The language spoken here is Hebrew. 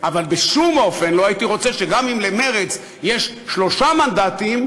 אבל בשום אופן לא הייתי רוצה שגם אם למרצ יש שלושה מנדטים,